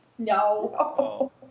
no